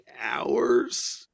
hours